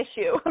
issue